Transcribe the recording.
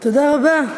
תודה רבה.